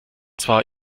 zwar